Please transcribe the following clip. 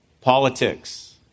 politics